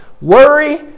Worry